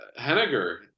Henniger